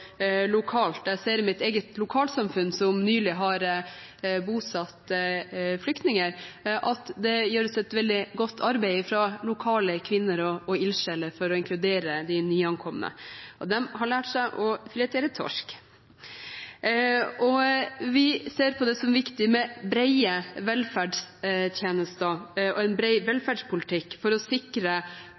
lokalt. Jeg ser i mitt eget lokalsamfunn, som nylig har bosatt flyktninger, at det gjøres et veldig godt arbeid av lokale kvinner og ildsjeler for å inkludere de nyankomne – de har lært seg å filetere torsk. Vi ser på det som viktig med brede velferdstjenester og en bred velferdspolitikk for å sikre